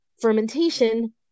fermentation